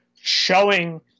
showing